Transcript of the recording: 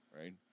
right